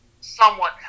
somewhat